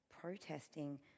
protesting